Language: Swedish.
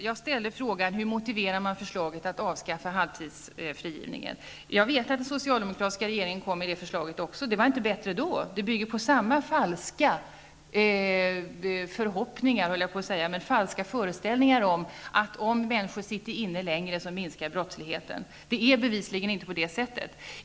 Jag ställde frågan hur man motiverar förslaget att avskaffa halvtidsfrigivningen. Jag vet att den socialdemokratiska regeringen kom med det förslaget också. Det var inte bättre då. Det bygger på samma falska föreställningar om att i fall människor sitter inne längre så minskar brottsligheten. Det är bevisligen inte på det sättet.